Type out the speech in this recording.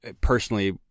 Personally